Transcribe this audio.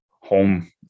home